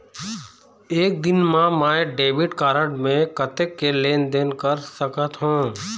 एक दिन मा मैं डेबिट कारड मे कतक के लेन देन कर सकत हो?